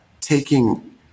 taking